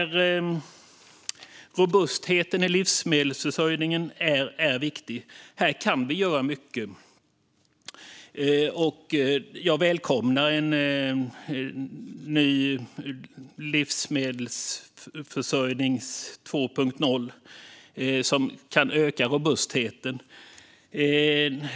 Robustheten i livsmedelsförsörjningen är viktig, och här kan vi göra mycket. Jag välkomnar en ny livsmedelsstrategi 2.0 som kan öka robustheten.